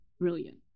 brilliant